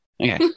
okay